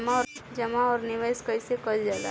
जमा और निवेश कइसे कइल जाला?